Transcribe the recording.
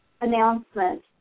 announcement